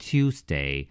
Tuesday